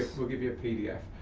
we'll give you a pdf.